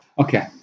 Okay